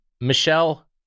Michelle